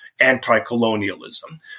anti-colonialism